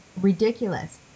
ridiculous